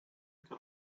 que